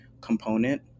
component